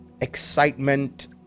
excitement